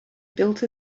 built